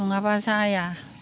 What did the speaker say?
नङाब्ला जाया